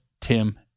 Tim